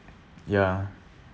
ya